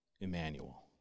Emmanuel